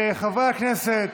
חברי הכנסת,